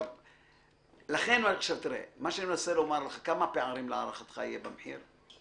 --- כמה פערים להערכתך יהיו במחיר?